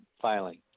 filing